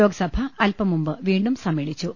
ലോക്സഭ അല്പം മുമ്പ് വീണ്ടും സമ്മേളിച്ചു